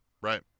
right